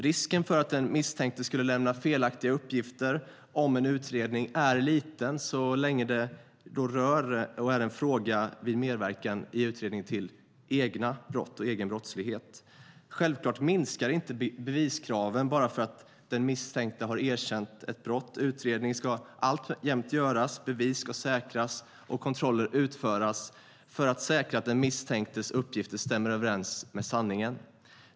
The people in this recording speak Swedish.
Risken för att den misstänkte skulle lämna felaktiga uppgifter i en utredning är liten så länge det enbart rör medverkan till utredning av egen brottslighet. Självklart minskar inte beviskraven bara för att den misstänkte erkänt ett brott. Utredning ska alltjämt göras, bevis säkras och kontroller utföras för att säkra att den misstänktes uppgifter stämmer överens med sanningen.